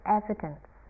evidence